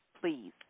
please